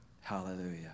Hallelujah